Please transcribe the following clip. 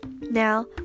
Now